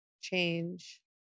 change